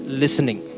listening